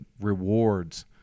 rewards